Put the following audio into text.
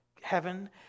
heaven